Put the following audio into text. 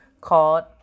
called